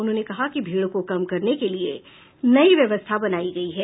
उन्होंने कहा कि भीड़ को कम करने के लिये नयी व्यवस्था बनायी गयी है